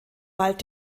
bald